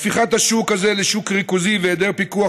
הפיכת השוק הזה לשוק ריכוזי והיעדר פיקוח